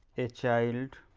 a child